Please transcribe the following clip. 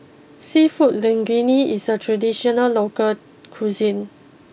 Seafood Linguine is a traditional local cuisine